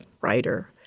writer